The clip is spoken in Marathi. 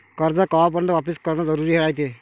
कर्ज कवापर्यंत वापिस करन जरुरी रायते?